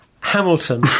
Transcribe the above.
Hamilton